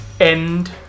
end